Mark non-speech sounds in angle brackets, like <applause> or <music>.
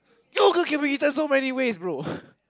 yogurt can be eaten so many ways bro <laughs>